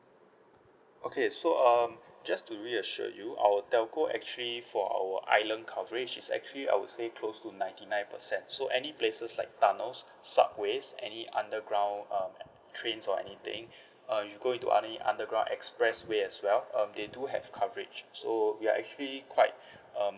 okay so um just to reassure you our telco actually for our island coverage is actually I would say close to ninety nine percent so any places like tunnels subways any underground uh trains or anything uh you go to army underground express way as well um they do have coverage so we are actually quite um